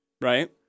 Right